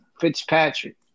Fitzpatrick